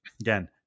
again